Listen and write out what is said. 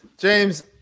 James